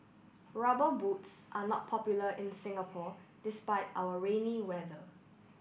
rubber boots are not popular in Singapore despite our rainy weather